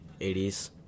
80s